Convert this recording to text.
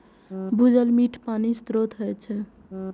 भूजल मीठ पानिक स्रोत होइ छै